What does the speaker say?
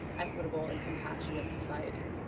equitable, and compassionate society.